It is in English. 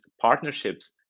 partnerships